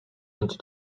into